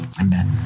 Amen